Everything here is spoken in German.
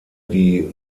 die